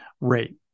rate